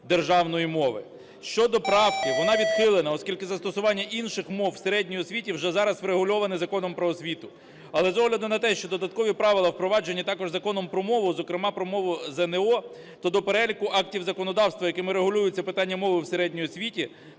державною мовою. Щодо правки, вона відхилена. Оскільки застосування інших мов в середні освіті вже зараз врегульоване Законом "Про освіту". Але з огляду на те, що додаткові правила впровадження також Законом про мову, зокрема, про мову ЗНО, то до переліку актів законодавства, яким і регулюється питання мови в середній освіті,